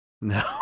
No